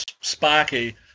sparky